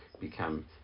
become